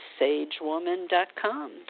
sagewoman.com